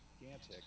gigantic